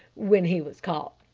when he was caught.